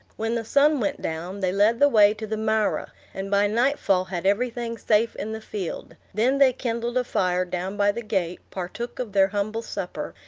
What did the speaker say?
when the sun went down, they led the way to the marah, and by nightfall had everything safe in the field then they kindled a fire down by the gate, partook of their humble supper,